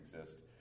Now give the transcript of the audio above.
exist